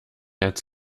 als